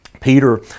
Peter